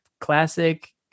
classic